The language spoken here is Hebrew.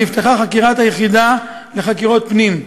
נפתחה חקירת היחידה לחקירות פנים.